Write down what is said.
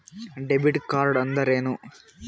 Debit ಕಾರ್ಡ್ಅಂದರೇನು?